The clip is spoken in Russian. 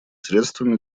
средствами